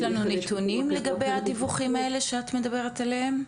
יש לנו נתונים לדבי הדיווחים האלה שאת מדברת עליהם?